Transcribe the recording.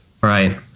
Right